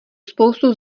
spoustu